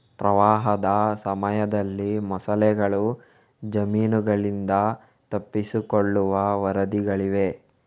ಪ್ರವಾಹದ ಸಮಯದಲ್ಲಿ ಮೊಸಳೆಗಳು ಜಮೀನುಗಳಿಂದ ತಪ್ಪಿಸಿಕೊಳ್ಳುವ ವರದಿಗಳಿವೆ